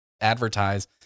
advertise